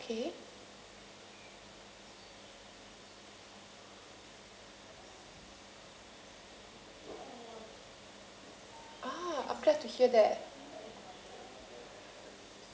ah okay ah uh great to hear that